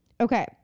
Okay